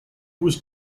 was